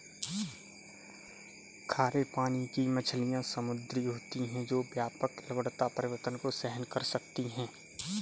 खारे पानी की मछलियाँ समुद्री होती हैं जो व्यापक लवणता परिवर्तन को सहन कर सकती हैं